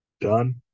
done